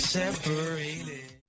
separated